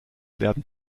werden